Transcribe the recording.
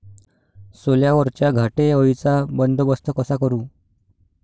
सोल्यावरच्या घाटे अळीचा बंदोबस्त कसा करू?